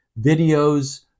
videos